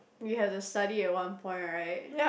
you had to study at one point right